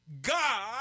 God